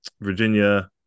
virginia